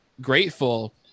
grateful